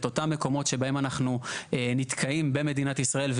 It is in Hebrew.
את אותם מקומות שבהם אנחנו נתקעים במדינת ישראל.